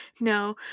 no